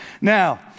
Now